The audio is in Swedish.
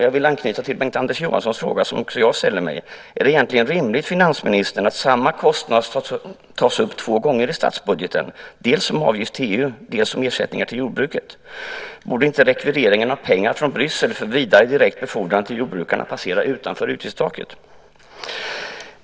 Jag vill anknyta till Bengt-Anders Johanssons fråga som också jag ställer mig: Är det rimligt, finansministern, att samma kostnad tas upp två gånger i statsbudgeten, dels som avgift till EU, dels som ersättningar till jordbruket? Borde inte rekvireringen av pengarna från Bryssel för vidare befordran direkt till jordbrukarna passera utanför utgiftstaket?